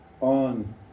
on